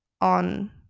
on